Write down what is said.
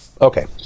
Okay